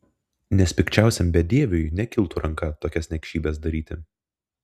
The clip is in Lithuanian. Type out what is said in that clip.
nes pikčiausiam bedieviui nekiltų ranka tokias niekšybes daryti